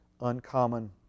uncommon